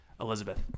Elizabeth